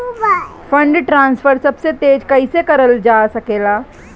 Fund transfer सबसे तेज कइसे करल जा सकेला?